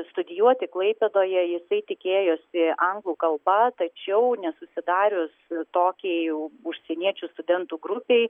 studijuoti klaipėdoje jisai tikėjosi anglų kalba tačiau nesusidarius tokiai jau užsieniečių studentų grupei